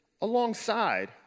alongside